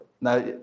Now